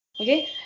okay